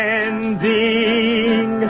ending